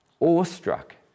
awestruck